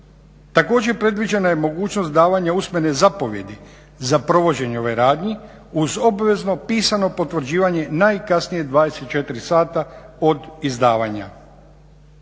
Također predviđena je mogućnost davanja usmene zapovijedi za provođenje ovih radnji, uz obvezno pisano potvrđivanje najkasnije 24 sata od izdavanja.